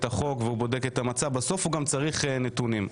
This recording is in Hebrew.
החוק ובודק את המצב הוא גם צריך נתונים.